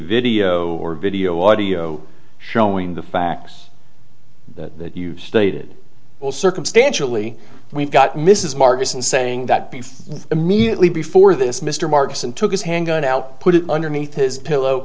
video or video audio showing the facts that you stated well circumstantially we've got mrs marcus and saying that before immediately before this mr marks and took his handgun out put it underneath his pillow